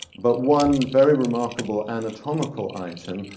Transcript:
but one very remarkable anatomical item,